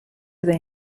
they